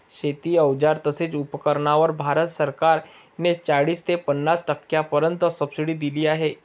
शेती अवजार तसेच उपकरणांवर भारत सरकार ने चाळीस ते पन्नास टक्क्यांपर्यंत सबसिडी दिली आहे